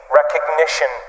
recognition